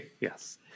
Yes